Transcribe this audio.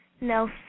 No